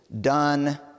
done